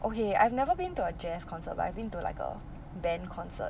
okay I've never been to a jazz concert but I've been to like a band concert